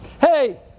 Hey